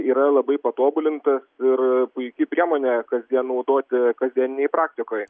yra labai patobulinta ir puiki priemonė kasdien naudoti kasdieninėj praktikoj